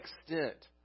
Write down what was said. extent